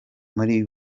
muri